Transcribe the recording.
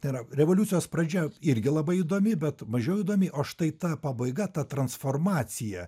tai yra revoliucijos pradžia irgi labai įdomi bet mažiau įdomi o štai ta pabaiga ta transformacija